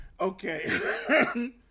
Okay